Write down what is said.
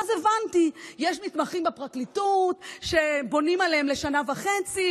ואז הבנתי: יש מתמחים בפרקליטות שבונים עליהם לשנה וחצי,